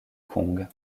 kong